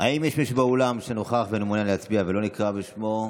האם יש מישהו באולם שנוכח ומעוניין להצביע ולא נקרא בשמו?